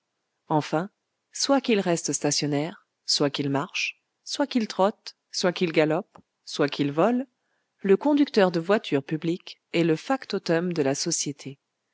enfin soit qu'il reste stationnaire soit qu'il marche soit qu'il trotte soit qu'il galope soit qu'il vole le conducteur de voitures publiques est le factotum de la société